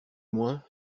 moins